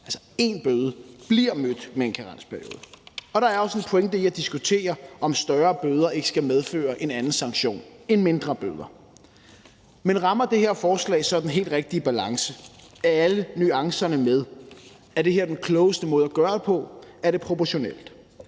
altså én bøde – bliver mødt med en karensperiode. Der er også en pointe i at diskutere, om større bøder ikke skal medføre en anden sanktion end mindre bøder. Men rammer det her forslag så den helt rigtige balance? Er alle nuancerne med? Er det her den klogeste måde at gøre det på? Er det proportionelt?